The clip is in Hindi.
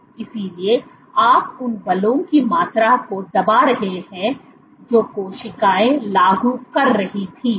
इसलिए आप उन बलों की मात्रा को दबा रहे हैं जो कोशिकाएं लागू कर रही थीं